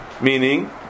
meaning